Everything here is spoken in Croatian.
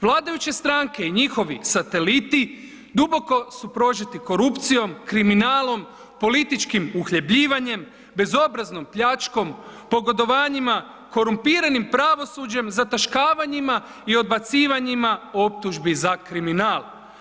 Vladajuće i njihovi sateliti duboko su prožeti korupcijom, kriminalom, političkim uhljebljivanjem, bezobraznom pljačkom, pogodovanjima, korumpiranim pravosuđem, zataškavanjima i odbacivanja optužbi za kriminal.